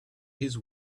his